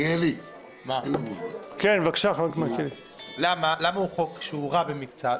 למה הוא רע במקצת?